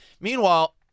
Meanwhile